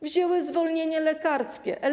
Wzięły zwolnienie lekarskie, L4.